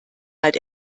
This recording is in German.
halt